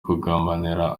kugambanira